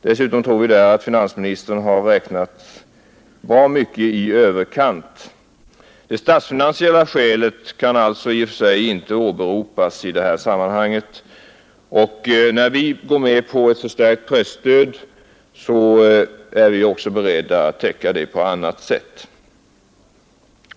Dessutom tror vi att finansministern där har räknat i överkant. Det statsfinansiella skälet kan alltså i och för sig inte åberopas i det här sammanhanget, och när vi går med på ett förstärkt presstöd är vi också beredda att täcka kostnaderna för det på annat sätt.